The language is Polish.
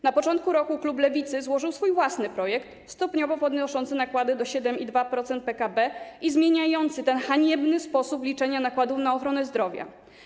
Na początku roku klub Lewicy złożył swój własny projekt, stopniowo podnoszący nakłady do 7,2% PKB i zmieniający ten haniebny sposób liczenia nakładów na ochronę zdrowia.